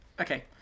Okay